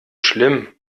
schlimm